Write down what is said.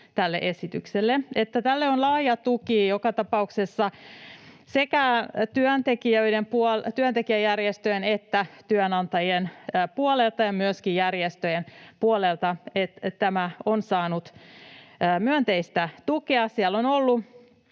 tälle esitykselle ja tälle on laaja tuki joka tapauksessa sekä työntekijäjärjestöjen että työnantajien puolelta, ja myöskin järjestöjen puolelta tämä on saanut myönteistä tukea. Siellä on ollut